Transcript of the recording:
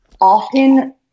often